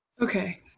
Okay